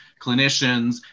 clinicians